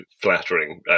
flattering